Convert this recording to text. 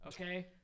Okay